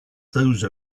those